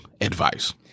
advice